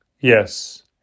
Yes